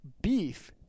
beef